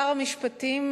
שר המשפטים,